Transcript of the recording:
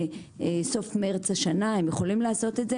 מסוף מרץ השנה הם יכולים לעשות את זה